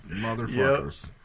motherfuckers